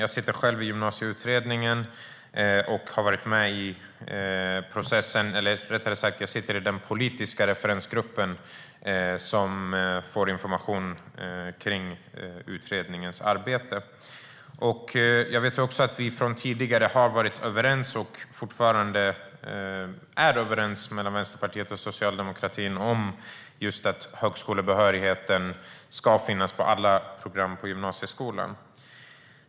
Jag sitter själv i den politiska referensgrupp som får information om Gymnasieutredningens arbete. Jag vet från tidigare att vi har varit överens, och att vi fortfarande är överens, mellan Vänsterpartiet och socialdemokratin om att högskolebehörigheten ska finnas på alla program på gymnasieskolan.